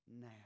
now